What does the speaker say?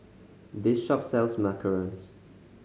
this shop sells macarons